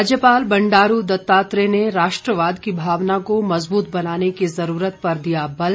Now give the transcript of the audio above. राज्यपाल बंडारू दत्तात्रेय ने राष्ट्रवाद की भावना को मजबूत बनाने की जरूरत पर दिया बल